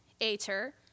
Ater